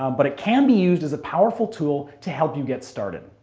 um but it can be used as a powerful tool to help you get started.